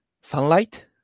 sunlight